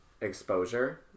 exposure